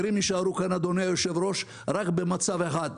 אדוני היו"ר, צעירים יישארו כאן רק במצב אחד: